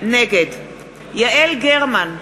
נגד יעל גרמן,